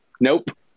Nope